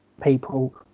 people